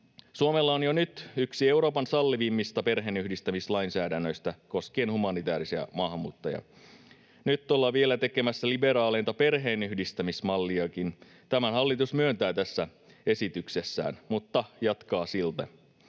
Suomella on jo nyt yksi Euroopan sallivimmista perheenyhdistämislainsäädännöistä koskien humanitäärisiä maahanmuuttajia. Nyt ollaan vielä tekemässä liberaaleinta perheenyhdistämismalliakin — tämän hallitus myöntää tässä esityksessään, mutta jatkaa silti.